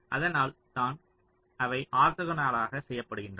அதனால் தான் அவை ஆர்த்தோகனலாக செய்யப்படுகின்றன